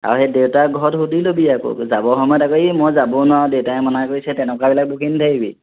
আৰু সেই দেউতাক ঘৰত সুধি ল'বি আকৌ যাবৰ সময়ত আকৌ এই মই যাব নোৱাৰোঁ দেউতায়ে মানা কৰিছে তেনেকুৱাবিলাক বকি নাথাকিবি